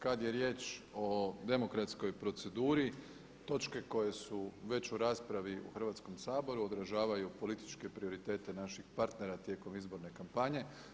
Kad je riječ o demokratskoj proceduri točke koje su već u raspravi u Hrvatskom saboru odražavaju političke prioritete naših partnera tijekom izborne kampanje.